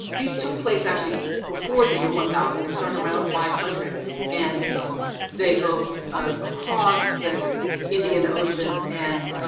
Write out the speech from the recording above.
these took place actually before the year one thousand. they start around five hundred and they go across the indian ocean. and